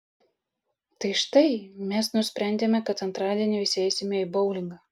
tai štai mes nusprendėme kad antradienį visi eisime į boulingą